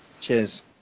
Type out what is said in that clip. cheers